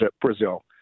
Brazil